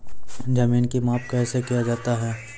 जमीन की माप कैसे किया जाता हैं?